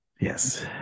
Yes